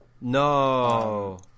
No